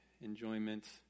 enjoyment